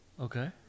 Okay